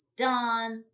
done